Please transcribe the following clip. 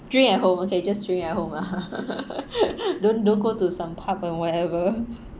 drink at home okay just doing at home lah don't don't go to some pub and whatever